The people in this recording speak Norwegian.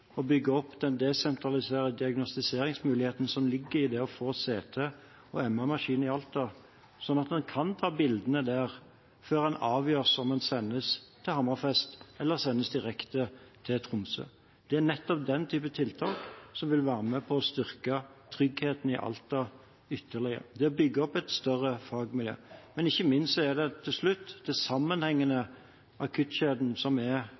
å bygge opp den desentraliserte diagnostiseringsmuligheten som ligger i å få CT- og MR-maskiner i Alta, slik at en kan ta bildene der før det avgjøres om en sendes til Hammerfest eller direkte til Tromsø. Det er nettopp den type tiltak som vil være med på å styrke tryggheten i Alta ytterligere – det at en bygger opp et større fagmiljø. Ikke minst er det til slutt den sammenhengende akuttkjeden som er